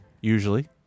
usually